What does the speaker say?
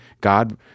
God